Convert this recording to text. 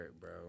bro